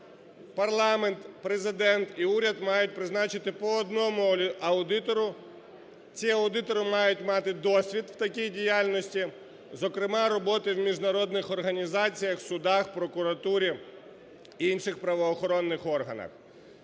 Парламент, Президент і уряд мають призначити по одному аудитору. Ці аудитори мають мати досвід у такій діяльності, зокрема роботи в міжнародних організаціях, судах, прокуратурі і інших правоохоронних органах.